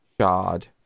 shard